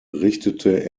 richtete